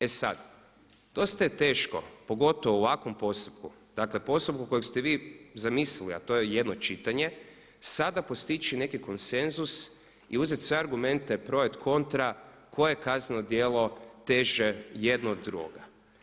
E sad, dosta je teško pogotovo u ovakvom postupku, dakle postupku kojeg ste vi zamislili, a to je jedno čitanje, sada postići neki konsenzus i uzeti sve argumente pro i kontro koje je kazneno djelo teže jedno od drugoga.